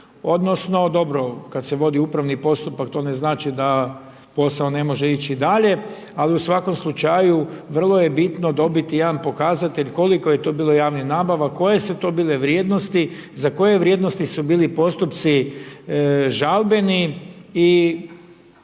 odnosno, dobro, kad se vodi upravni postupak, to ne znači da posao ne može ići dalje, ali u svakom slučaju, vrlo je bitno dobiti jedan pokazatelj koliko je to bilo javnih nabava, koje su to bile vrijednosti, za koje vrijednosti su bili postupci žalbeni i